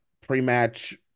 pre-match